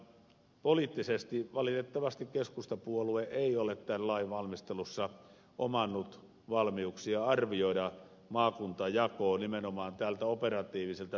poliittisesti valitettavasti keskustapuolue ei ole tämän lain valmistelussa omannut valmiuksia arvioida maakuntajakoa nimenomaan tältä operatiiviselta näkökulmalta